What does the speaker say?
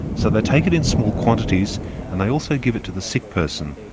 so they take it in small quantities and they also give it to the sick person.